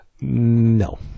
No